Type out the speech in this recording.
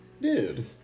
Dude